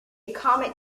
comet